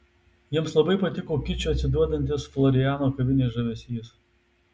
jiems labai patiko kiču atsiduodantis floriano kavinės žavesys